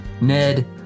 Ned